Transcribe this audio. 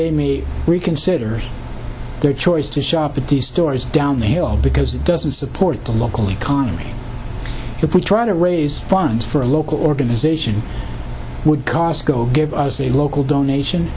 they me reconsider their choice to shop at the stores down the hall because it doesn't support the local economy if we try to raise funds for a local organization would costco give us a local donation